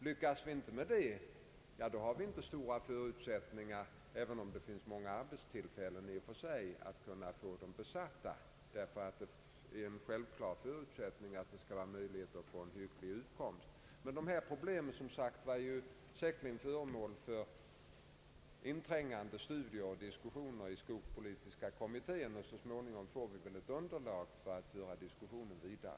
Lyckas vi inte med detta, har vi inte stora förutsättningar, även om det finns många arbetstillfällen i och för sig, att få tillräckligt med arbetskraft. En självklar förutsättning är att det skall finnas möjligheter till en hygglig utkomst. Men dessa problem är som sagt säkerligen föremål för inträngande stu dier och diskussioner inom skogspolitiska kommittén, och så småningom får vi väl ett underlag för att kunna föra diskussionen vidare.